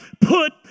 put